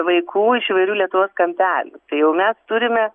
vaikų iš įvairių lietuvos kampelių tai jau mes turime